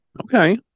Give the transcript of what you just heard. Okay